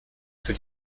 für